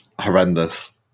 horrendous